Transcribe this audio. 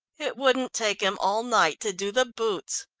it wouldn't take him all night to do the boots.